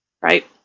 Right